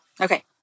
Okay